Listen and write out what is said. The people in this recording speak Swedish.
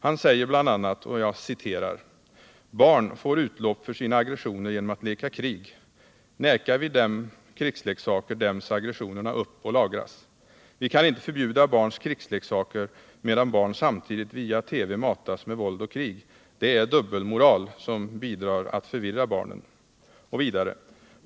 Han säger bl.a.: ”Barn får utlopp för sina aggressioner 14 april 1978 genom att leka krig. Nekar vi dem krigsleksakerna däimms aggressionerna upp och lagras. Vi kan inte förbjuda barns krigslekar medan barn samtidigt via TV matas med våld och krig. Det är en dubbelmoral, som bidrar till att förvirra barnen.